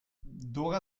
dora